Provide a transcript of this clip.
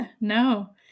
no